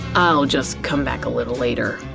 i'll just come back a little later.